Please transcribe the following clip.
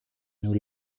nous